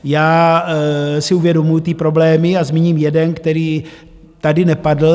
Já si uvědomuju ty problémy a zmíním jeden, který tady nepadl.